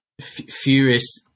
furious